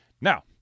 Now